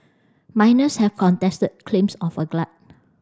miners have contested claims of a glut